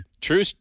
true